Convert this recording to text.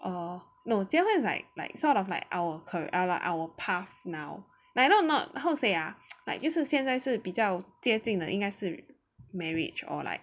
err no 结婚 is like like sort of like our career like our path now like not not how to say ah like 就是现在是比较接近的应该是 marriage or like